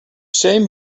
same